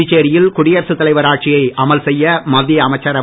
புதுச்சேரியில் குடியரசுத் தலைவர் ஆட்சியை அமல்செய்ய மத்திய அமைச்சரவை